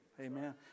Amen